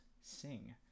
sing